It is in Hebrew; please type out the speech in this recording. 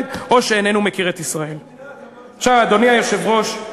אדוני היושב-ראש,